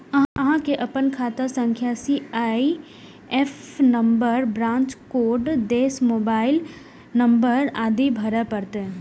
अहां कें अपन खाता संख्या, सी.आई.एफ नंबर, ब्रांच कोड, देश, मोबाइल नंबर आदि भरय पड़त